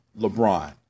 LeBron